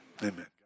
Amen